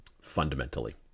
Fundamentally